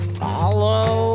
follow